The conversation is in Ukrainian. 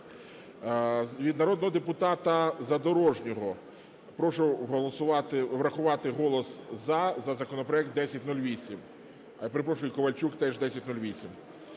Від народного депутата Задорожнього: "Прошу врахувати голос "за" за законопроект 1008". Перепрошую, Ковальчук теж 1008.